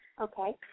Okay